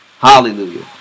Hallelujah